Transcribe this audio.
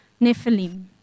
Nephilim